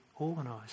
organised